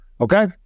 Okay